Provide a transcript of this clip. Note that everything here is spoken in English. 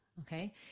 Okay